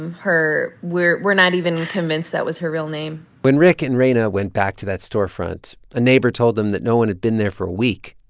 um her we're we're not even convinced that was her real name when rick and reina went back to that storefront, a neighbor told them that no one had been there for a week.